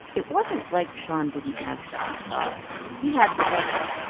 it wasn't like shon didn't have second thoughts. he had several,